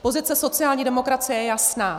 Pozice sociální demokracie je jasná.